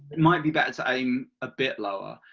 might be better to aim ah bit lower.